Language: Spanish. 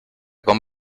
con